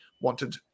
wanted